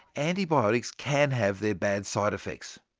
antibiotics can have their bad side effects,